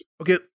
okay